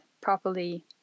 properly